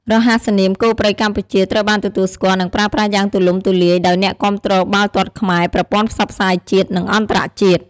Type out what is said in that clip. រហស្សនាម "គោព្រៃកម្ពុជា" ត្រូវបានទទួលស្គាល់ និងប្រើប្រាស់យ៉ាងទូលំទូលាយដោយអ្នកគាំទ្របាល់ទាត់ខ្មែរ ប្រព័ន្ធផ្សព្វផ្សាយជាតិ និងអន្តរជាតិ។